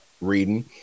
reading